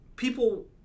People